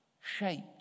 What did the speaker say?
shaped